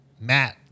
Matt